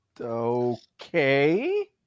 okay